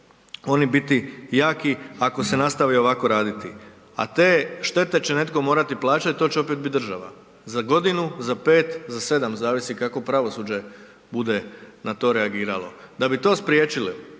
oni biti jaki ako se nastavi ovako raditi. A te štete će netko morati plaćat, to će opet bit država, za godinu, za 5, za 7, zavisi kako pravosuđe bude na to reagiralo. Da bi to spriječili